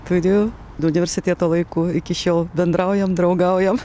turiu nuo universiteto laikų iki šiol bendraujam draugaujam